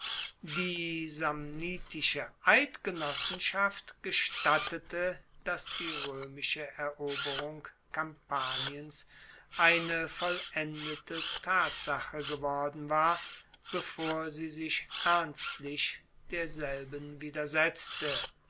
die samnitische eidgenossenschaft gestattete dass die roemische eroberung kampaniens eine vollendete tatsache geworden war bevor sie sich ernstlich derselben